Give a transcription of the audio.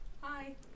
Hi